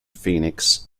phoenix